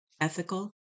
ethical